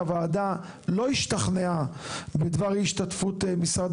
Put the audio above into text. הוועדה לא השתכנעה בדבר השתתפות משרד